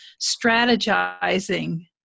strategizing